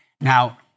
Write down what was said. Now